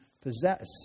possess